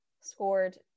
scored